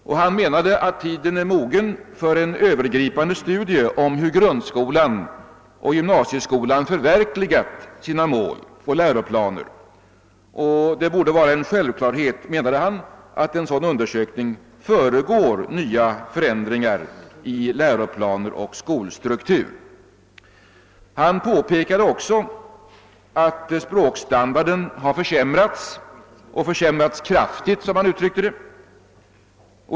Herr Helén menade att tiden är mogen för en öÖövergripande studie av hur grundskolan och gymnasieskolan förverkligat sina mål och läroplaner. Det borde vara en självklarhet, påpekade han, att en sådan undersökning föregår nya förändringar i läroplaner och skolstruktur. Herr Helén framhöll också att språkstandarden har försämrats — och försämrats kraftigt, som han uttryckte det.